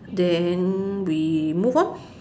then we move on